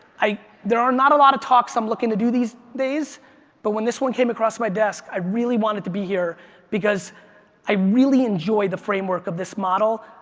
there are not a lot of talks i'm looking to do these days but when this one came across my desk, i really wanted to be here because i really enjoy the framework of this model.